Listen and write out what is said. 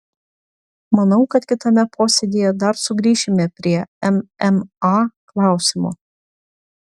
manau kad kitame posėdyje dar sugrįšime prie mma klausimo